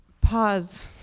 pause